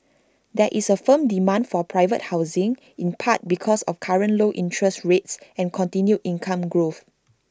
there is firm demand for private housing in part because of current low interest rates and continued income growth